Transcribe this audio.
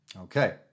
Okay